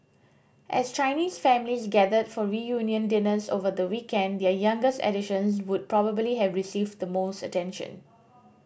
as Chinese families gathered for reunion dinners over the weekend their youngest additions would probably have received the most attention